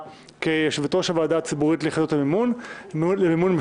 כיושבת-ראש הוועדה הציבורית ליחידות מימון מפלגות.